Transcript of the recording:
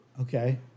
Okay